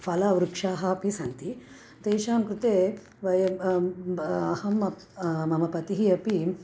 फलवृक्षाः अपि सन्ति तेषां कृते वयम् ब अहं मम पतिः अपि